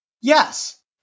Yes